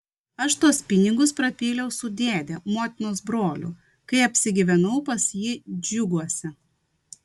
aš tuos pinigus prapyliau su dėde motinos broliu kai apsigyvenau pas jį džiuguose